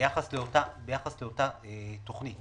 ביחס לאותה תוכנית.